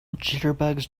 jitterbugs